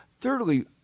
Thirdly